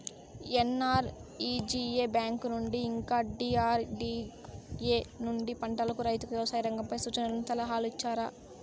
NREGA bank నుండి ఇంకా DRDA నుండి పంటలకు రైతుకు వ్యవసాయ రంగంపై సూచనలను సలహాలు ఇచ్చారా